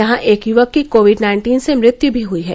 यहां एक युवक की कोविड नाइन्टीन से मृत्यु भी हुई है